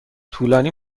طولانی